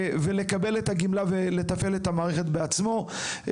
לקבל את הגמלה ולתפעל את המערכת בעצמו.